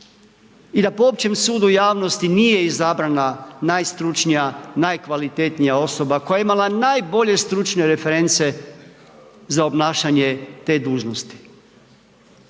I da poopćim sudu javnosti, nije izabrana najstručnija, najkvalitetnija osoba, koja je imala najbolje stručne reference za obnašanje te dužnosti,